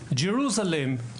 Jerusalem,